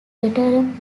veteran